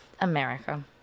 America